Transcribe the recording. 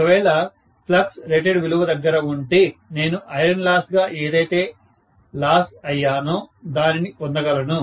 ఒకవేళ flux rated విలువ దగ్గర ఉంటే నేను ఐరన్ లాస్ గా ఏదైతే లాస్ అయ్యానో దానిని పొందగలను